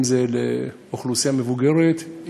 אם זה לאוכלוסייה מבוגרת,